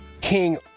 King